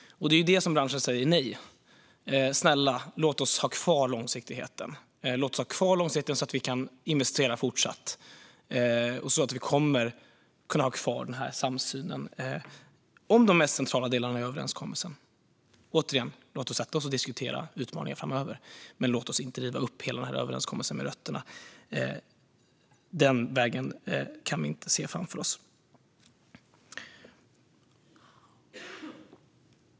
Det är det som får branschen att säga: Nej, snälla, låt oss ha kvar långsiktigheten så att vi kan fortsätta investera. Låt oss ha kvar samsynen om de mest centrala delarna i överenskommelsen. Låt oss sätta oss ned och diskutera utmaningarna framöver, men låt oss inte riva upp hela överenskommelsen med rötterna. Den vägen kan vi inte se framför oss.